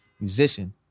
musician